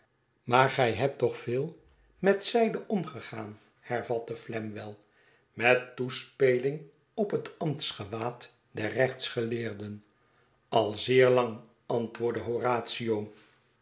maar gij h bt toch veel met zijde omgegaan hervatte flam well met toespeling op het ambtsgewaad der rechtsgeleerden al zeer lang antwoordde